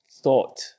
thought